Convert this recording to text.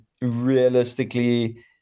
realistically